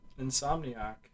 Insomniac